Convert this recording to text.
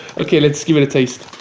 ok let's give it a taste.